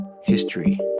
history